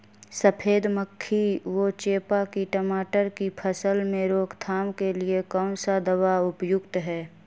सफेद मक्खी व चेपा की टमाटर की फसल में रोकथाम के लिए कौन सा दवा उपयुक्त है?